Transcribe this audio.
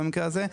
במקרה הזה.